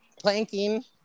planking